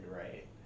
right